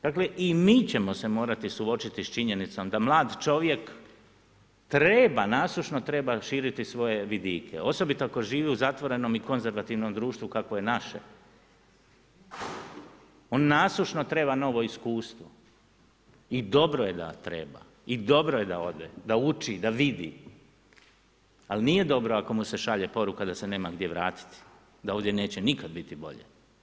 Dakle i mi ćemo se morati suočiti s činjenicom da mlad čovjek treba širiti svoje vidike, osobito ako živi u zatvorenom i konzervativnom društvu kakvo je naše, on nasušno treba novo iskustvo i dobro je da treba i dobro je da ode, da uči, da vidi, ali nije dobro ako mu se šalje poruka da se nema gdje vratiti, da ovdje neće nikad biti bolje.